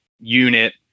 unit